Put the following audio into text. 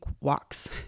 walks